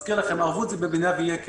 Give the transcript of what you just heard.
מזכיר לכם, ערבות זה במידה שיהיה כשל.